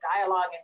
dialogue